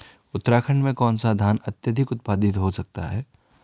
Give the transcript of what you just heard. उत्तराखंड में कौन सा धान अत्याधिक उत्पादित हो सकता है?